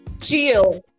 Chill